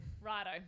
Righto